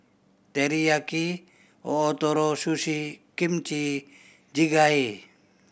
Teriyaki Ootoro Sushi Kimchi Jjigae